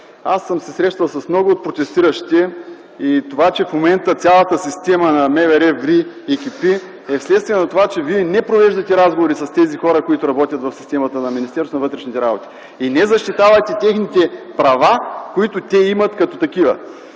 Аз съм се срещал с много от протестиращите и това, че в момента цялата система на МВР ври и кипи, е вследствие на това, че Вие не провеждате разговори с тези хора, които работят в системата на Министерството на вътрешните работи, и не защитавате техните права, които те имат като такива.